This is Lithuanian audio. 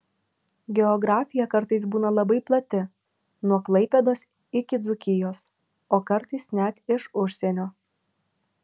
geografija kartais būna labai plati nuo klaipėdos iki dzūkijos o kartais net iš užsienio